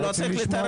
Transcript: לא צריך לתרץ.